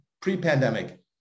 pre-pandemic